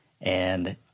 And-